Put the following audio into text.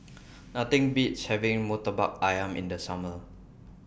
Nothing Beats having Murtabak Ayam in The Summer